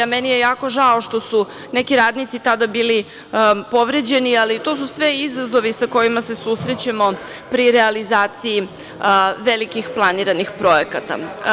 Meni je jako žao što su neki radnici tada bili povređeni, ali to su sve izazovi sa kojima se susrećemo pri realizaciji velikih planiranih projekata.